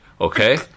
Okay